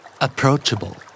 Approachable